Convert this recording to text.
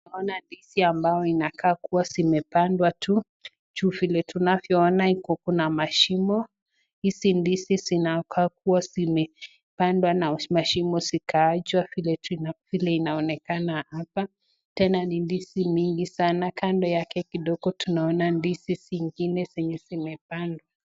Ninaona ndizi ambazo zinakaa kuwa zimepandwa tu, juu vile tunavyoiona juu Kuna mashimo. Hizi ndizi zinakaa kuwa zimepandwa na mashimo ikaachwa vile inayoonekana hapa, Tena ni ndizi mingi sanaa kando yake kidogo ndizi zingine ambazo zimepandwa.